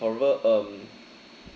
however um